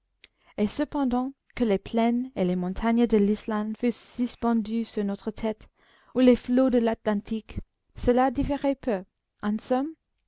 et cependant que les plaines et les montagnes de l'islande fussent suspendues sur notre tête ou les flots de l'atlantique cela différait peu en somme